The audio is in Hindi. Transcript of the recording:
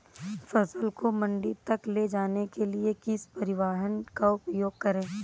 फसल को मंडी तक ले जाने के लिए किस परिवहन का उपयोग करें?